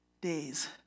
days